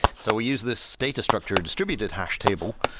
so we use this data structure distributed hash table,